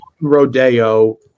Rodeo